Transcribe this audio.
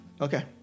Okay